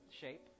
shape